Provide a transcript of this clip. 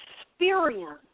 experience